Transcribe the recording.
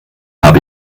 habe